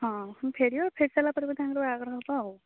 ହଁ ଫେରିବ ଫେରିସାରିଲା ପରେ ତାଙ୍କର ବାହାଘର ହବ ଆଉ